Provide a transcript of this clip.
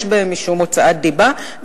יש בהם משום הוצאת דיבה,